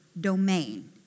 domain